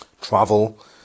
travel